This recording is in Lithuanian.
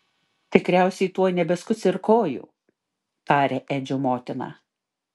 tikriausiai tuoj nebeskus ir kojų tarė edžio motina